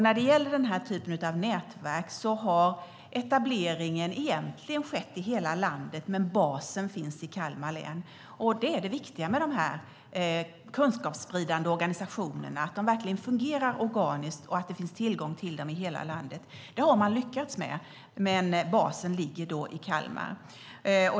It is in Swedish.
När det gäller den här typen av nätverk har etableringen egentligen skett i hela landet, men basen finns i Kalmar län. Det viktiga med de här kunskapsspridande organisationerna är att de verkligen fungerar organiskt och att det finns tillgång till dem i hela landet. Det har man lyckats med. Men basen ligger i Kalmar.